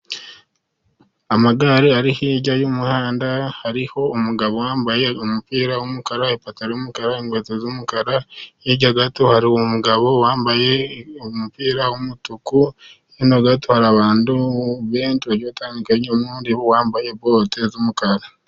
Amagare ari hirya y'umuhanda, hariho umugabo wambaye umupira w'umukara, ipantaro y'umukara, inkweto z'umukara. Hirya gato hari umugabo wambaye umupira w'umutuku, hino gato hari abantu benshi ba bagiye batandukanye, Harimo n'uwambaye bote z'umukara.